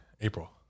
April